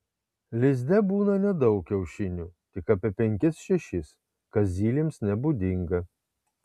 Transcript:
lizde būna nedaug kiaušinių tik apie penkis šešis kas zylėms nebūdinga